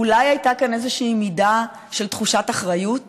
אולי הייתה כאן איזושהי מידה של תחושת אחריות